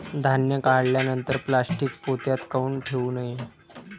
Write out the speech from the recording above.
धान्य काढल्यानंतर प्लॅस्टीक पोत्यात काऊन ठेवू नये?